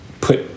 put